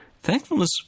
Thankfulness